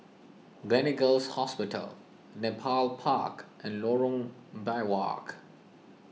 Gleneagles Hospital Nepal Park and Lorong Biawak